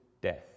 death